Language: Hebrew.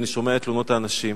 ואני שומע את תלונות האנשים,